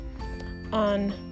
on